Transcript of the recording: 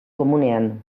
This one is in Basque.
komunean